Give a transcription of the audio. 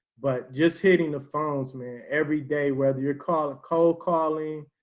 but just hitting the phones man every day, whether you're calling cold calling,